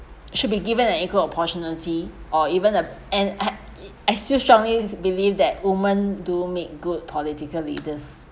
should be given an equal opportunity or even a an I still strongly believe that women do make good political leaders